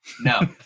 No